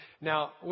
Now